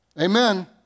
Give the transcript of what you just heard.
Amen